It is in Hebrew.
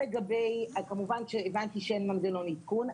כמובן שהבנתי שאין מנגנון עדכון.